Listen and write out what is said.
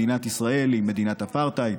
מדינת ישראל היא מדינת אפרטהייד.